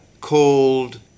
called